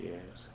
Yes